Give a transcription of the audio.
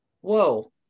whoa